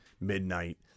midnight